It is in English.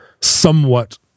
somewhat